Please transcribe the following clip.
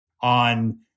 on